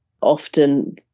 often